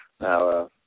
Now